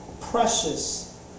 precious